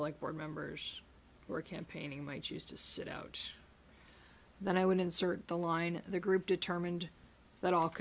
like board members were campaigning might choose to sit out and then i would insert the line the group determined that all